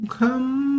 come